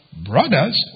brothers